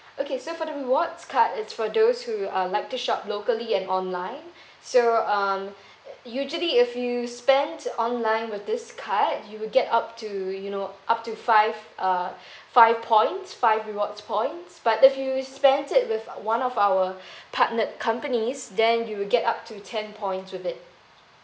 okay so for the rewards card it's for those who uh like to shop locally and online so um usually if you spend online with this card you will get up to you know up to five uh five points five rewards points but if you spend it with one of our partnered companies then you will get up to ten point of it